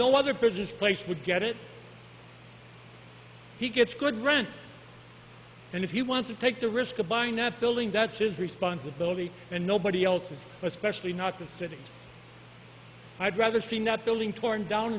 no other purchase place would get it he gets good rent and if he wants to take the risk of buying that building that's his responsibility and nobody else's especially not the city i'd rather see not building torn down